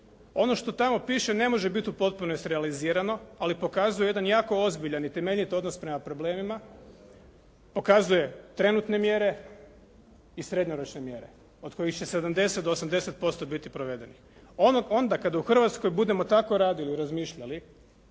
Ono što tamo piše ne može biti u potpunosti realizirano, ali pokazuje jedan jako ozbiljan i temeljit odnos prema problemima, pokazuje trenutne mjere i srednjoročne mjere od kojih će 70 do 80% biti provedenih. Onda kada u Hrvatskoj budemo tako radili i razmišljali,